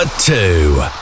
two